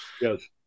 Yes